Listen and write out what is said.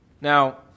Now